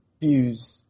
views